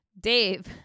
Dave